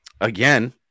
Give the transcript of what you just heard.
again